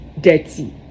dirty